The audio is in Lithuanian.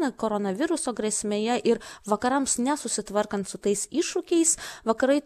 na koronaviruso grėsmėje ir vakarams nesusitvarkant su tais iššūkiais vakarai